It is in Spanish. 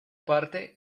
parte